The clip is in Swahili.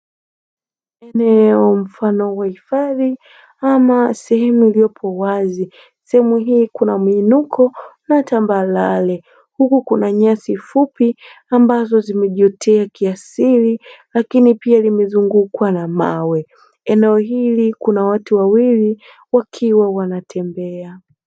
Eneo mfano wa hifadhi ama sehemu iliyopo wazi, sehemu hii kuna mwinuko na tambarare huku kuna nyasi fupi ambazo zimejiotea kiasili lakini pia limezungukwa na mawe. Eneo hili kuna watu wawili wakiwa wanatembea.